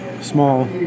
small